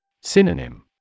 Synonym